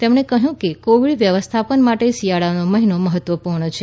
તેમણે કહયું કે કોવિડ વ્યવસ્થાપન માટે શિયાળાના મહિનાઓ મહત્વપુર્ણ છે